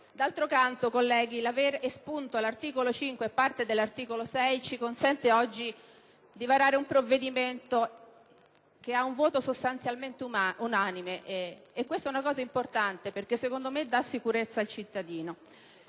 D'altro canto, colleghi, l'aver espunto l'articolo 5 e parte dell'articolo 6 ci consente di varare oggi un provvedimento con un voto sostanzialmente unanime. Questo è un fatto importante perché, secondo me, dà sicurezza al cittadino.